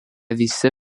visi